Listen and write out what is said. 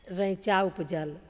रैञ्चा उपजल